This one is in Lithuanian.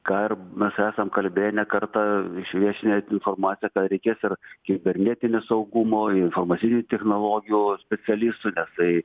ką ir mes esam kalbėję ne kartą išviešinę informaciją kad reikės ir kibernetinio saugumo informacinių technologijų specialistų nes tai